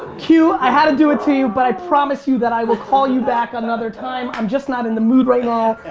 q, i had to do it to you, but i promise you that i will call you back another time. i'm just not in the mood right now.